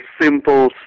simple